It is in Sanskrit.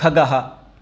खगः